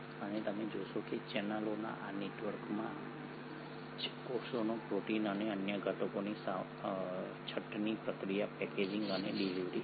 અને તમે જોશો કે ચેનલોના આ નેટવર્ક્સમાં જ કોષોના પ્રોટીન અને અન્ય ઘટકોની છટણી પ્રક્રિયા પેકેજિંગ અને ડિલિવરી થાય છે